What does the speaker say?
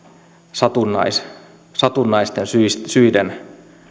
satunnaisten satunnaisten syiden